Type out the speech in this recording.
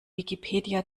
wikipedia